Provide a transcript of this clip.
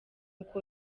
uko